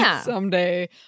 someday